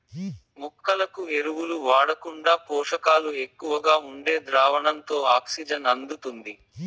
మొక్కలకు ఎరువులు వాడకుండా పోషకాలు ఎక్కువగా ఉండే ద్రావణంతో ఆక్సిజన్ అందుతుంది